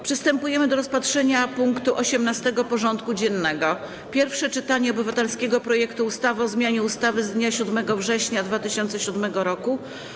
Przystępujemy do rozpatrzenia punktu 18. porządku dziennego: Pierwsze czytanie obywatelskiego projektu ustawy o zmianie ustawy z dnia 7 września 2007 r.